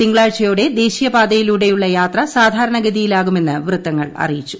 തിങ്കളാഴ്ചയോടെ ദേശീയപാതയിലൂടെയുള്ള യാത്ര സാധാരണ ഗതിയിലാകുമെന്ന് വൃത്തങ്ങൾ അറിയിച്ചു